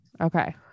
Okay